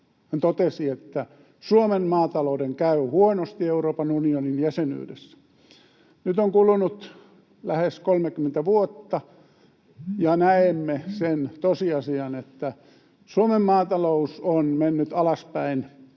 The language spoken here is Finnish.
Hän totesi, että Suomen maatalouden käy huonosti Euroopan unionin jäsenyydessä. Nyt on kulunut lähes 30 vuotta, ja näemme sen tosiasian, että Suomen maatalous on mennyt alaspäin